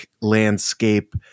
landscape